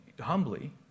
humbly